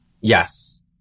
Yes